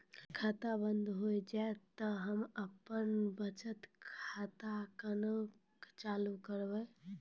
खाता बंद हो जैतै तऽ हम्मे आपनौ बचत खाता कऽ केना चालू करवै?